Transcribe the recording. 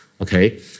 okay